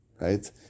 right